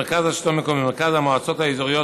מרכז השלטון המקומי ומרכז המועצות האזוריות,